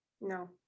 No